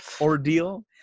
ordeal